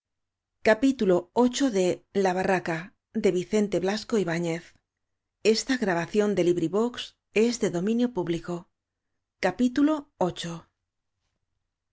la barraca de